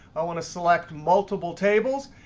i want to select multiple tables,